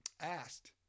asked